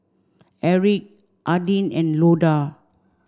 Erik Adin and Loda